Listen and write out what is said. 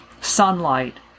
Sunlight